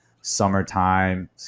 summertime